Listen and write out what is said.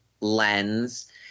lens